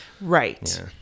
Right